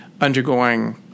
undergoing